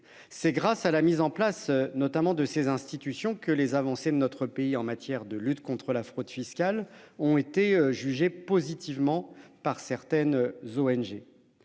C'est grâce à la mise en place notamment de ces institutions que les avancées de notre pays en matière de lutte contre la fraude fiscale, ont été jugé positivement par certaines z'ONG.